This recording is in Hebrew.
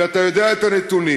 ואתה יודע את הנתונים.